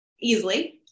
easily